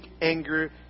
Anger